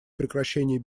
прекращении